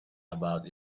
about